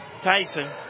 Tyson